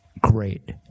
great